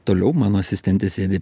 toliau mano asistentė sėdi